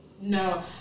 No